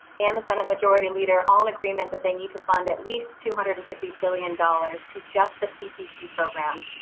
and the senate majority leader all in agreement that they need to fund at least two hundred and fifty billion dollars to just the ppp program.